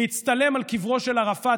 להצטלם על קברו של ערפאת,